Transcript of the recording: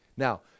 Now